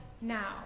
now